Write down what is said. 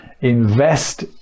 invest